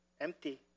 empty